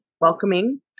welcoming